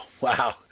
wow